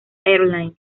airlines